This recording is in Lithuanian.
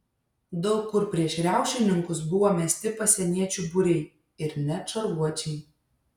daug kur prieš riaušininkus buvo mesti pasieniečių būriai ir net šarvuočiai